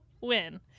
win